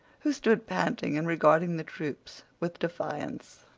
who stood panting and regarding the troops with defiance.